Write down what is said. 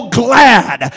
glad